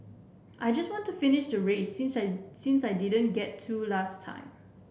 I just want to finish the race since I since I didn't get to last time